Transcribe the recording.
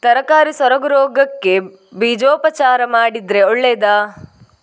ತರಕಾರಿ ಸೊರಗು ರೋಗಕ್ಕೆ ಬೀಜೋಪಚಾರ ಮಾಡಿದ್ರೆ ಒಳ್ಳೆದಾ?